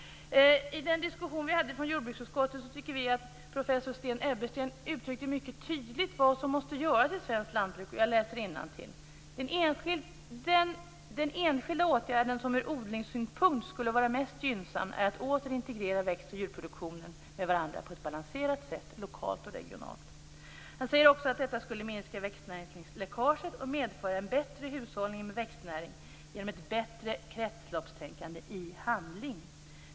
I den diskussion som hölls i miljö och jordbruksutskottet tycker vi att professor Sten Ebbersten mycket tydligt uttryckte vad som måste göras i svenskt lantbruk. Jag läser innantill: Den enskilda åtgärden som ur odlingssynpunkt skulle vara mest gynnsam är att åter integrera växtoch djurproduktionen med varandra på ett balanserat sätt lokalt och regionalt. Han säger också att detta skulle minska växtnäringsläckaget och medföra en bättre hushållning med växtnäring genom ett bättre kretsloppstänkande i handling.